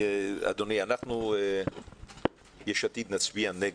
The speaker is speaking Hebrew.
אדוני, אנחנו, יש עתיד, נצביע נגד,